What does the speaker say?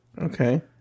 Okay